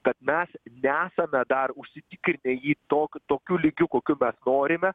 kad mes neesame dar užsitikrinę jį tokiu tokiu lygiu kokiu mes norime